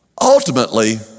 Ultimately